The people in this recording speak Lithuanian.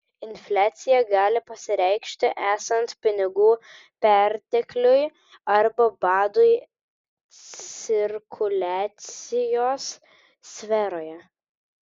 infliacija gali pasireikšti esant pinigų pertekliui arba badui cirkuliacijos sferoje